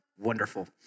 wonderful